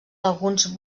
alguns